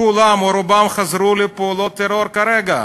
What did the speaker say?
כולם או רובם חזרו לפעולות טרור כרגע.